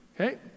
Okay